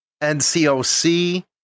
NCOC